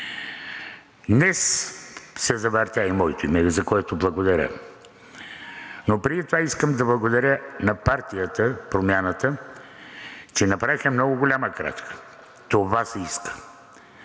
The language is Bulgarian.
Днес се завъртя и моето име, за което благодаря. Но преди това искам да благодаря на партията, Промяната, че направиха много голяма крачка – това се иска.